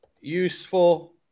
useful